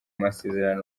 masezerano